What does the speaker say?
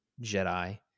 Jedi